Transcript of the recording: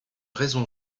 raison